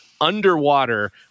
underwater